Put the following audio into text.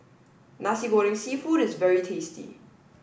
Nasi Goreng Seafood is very tasty